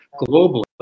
globally